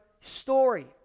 story